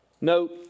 Note